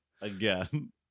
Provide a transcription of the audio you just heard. again